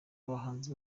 abahanzi